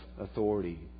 authority